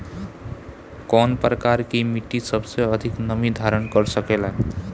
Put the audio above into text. कौन प्रकार की मिट्टी सबसे अधिक नमी धारण कर सकेला?